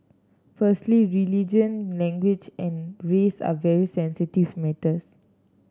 firstly religion language and race are very sensitive matters